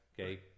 Okay